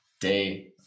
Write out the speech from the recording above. day